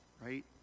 right